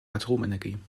atomenergie